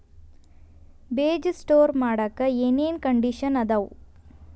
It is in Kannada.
ಬೇಜ ಸ್ಟೋರ್ ಮಾಡಾಕ್ ಏನೇನ್ ಕಂಡಿಷನ್ ಅದಾವ?